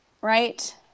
right